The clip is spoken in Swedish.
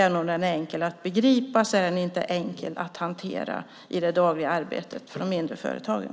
Även om den är enkel att begripa är den inte enkel att hantera i det dagliga arbetet för de mindre företagen.